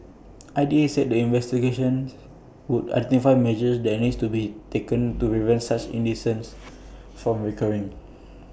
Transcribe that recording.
I D A said the investigations would identify measures that needs to be taken to prevent such incidents from recurring